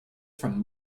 from